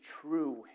true